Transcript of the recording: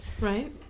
Right